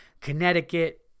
Connecticut